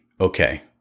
Okay